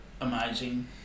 amazing